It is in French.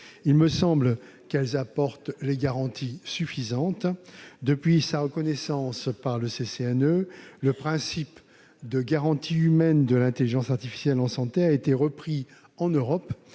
Il me semble que ces normes apportent des garanties suffisantes. Depuis sa reconnaissance par le CCNE, le principe de garantie humaine de l'intelligence artificielle en santé a été repris en Europe,